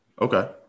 Okay